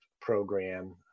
program